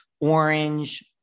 orange